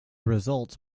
results